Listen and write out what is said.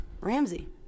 Ramsey